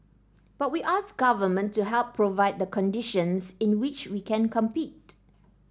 but we ask government to help provide the conditions in which we can compete